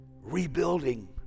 rebuilding